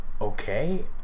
okay